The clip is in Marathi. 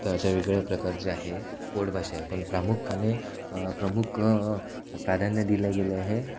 तर अशा वेगळ्या प्रकारचे आहे पोटभाषा आहे पण प्रामुख्याने प्रमुख प्राधान्य दिले गेले आहे